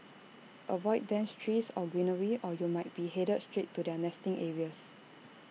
avoid dense trees or greenery or you might be headed straight to their nesting areas